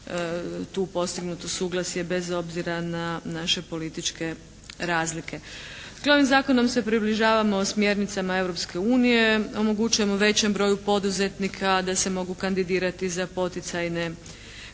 tu postignuto suglasje bez obzira na naše političke razlike. …/Govornica se ne razumije./… zakonom se približavamo smjernicama Europske unije, omogućujemo većem broju poduzetnika da se mogu kandidirati za poticajne